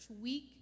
week